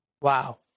Wow